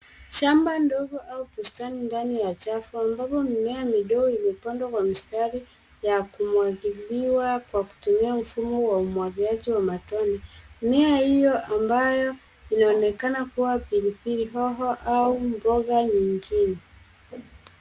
Shamba ndogo au bustani ndani ya chafu, ambapo mimea midogo imepandwa kwa mistari ya kumwagiliwa kwa kutumia mfumo wa umwagiliaji wa matone. Mimea hiyo ambayo inaonekana kua pilipili hoho au mbogo nyingine.